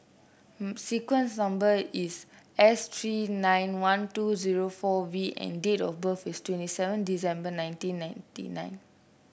sequence number is S three nine one two zero four V and date of birth is twenty seven December nineteen ninety nine